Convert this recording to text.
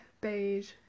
beige